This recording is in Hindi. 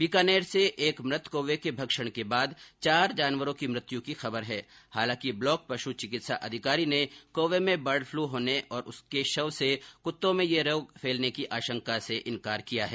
बीकानेर से एक मृत कौवे के भक्षण के बाद चार जानवरों की मृत्यु की खबर है हालांकि ब्लॉक पशु चिकित्सा अधिकारी ने कौवे में बर्ड फलू होने और उसके शव से कृत्तों में यह रोग फैलने की आशंका से इनकार किया है